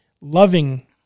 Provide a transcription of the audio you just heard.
loving